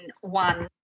one